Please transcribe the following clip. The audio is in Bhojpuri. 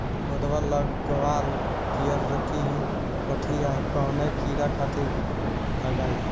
गोदवा लगवाल पियरकि पठिया कवने कीड़ा खातिर लगाई?